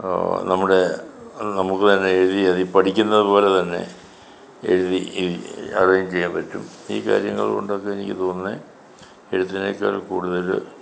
നമ്മുടെ നമുക്ക് തന്നെ എഴുതി അത് ഈ പഠിക്കുന്ന പോലെ തന്നെ എഴുതി അറയിഞ്ച് ചെയ്യാൻ പറ്റും ഈ കാര്യങ്ങൾ കൊണ്ടൊക്കെ എനിക്ക് തോന്നുന്നത് എഴുത്തിനേക്കാൾ കൂടുതൽ